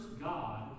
God